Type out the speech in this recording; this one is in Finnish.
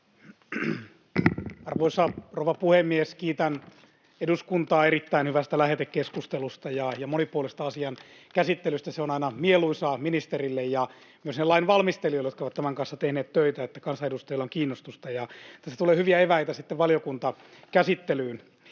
Arvoisa rouva puhemies! Kiitän eduskuntaa erittäin hyvästä lähetekeskustelusta ja monipuolisesta asian käsittelystä. On aina mieluisaa ministerille ja myös niille lain valmistelijoille, jotka ovat tämän kanssa tehneet töitä, että kansanedustajilla on kiinnostusta, ja tässä tulee hyviä eväitä sitten valiokuntakäsittelyyn.